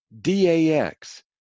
DAX